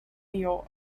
york